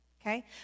Okay